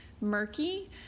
murky